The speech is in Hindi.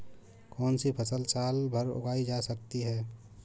कौनसी फसल साल भर उगाई जा सकती है?